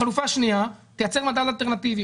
חלופה שנייה, תייצר מדד אלטרנטיבי.